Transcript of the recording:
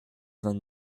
vingt